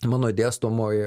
mano dėstomoj